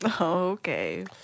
Okay